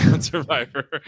Survivor